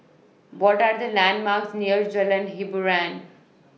What Are The landmarks near Jalan Hiboran